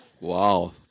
Wow